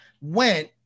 went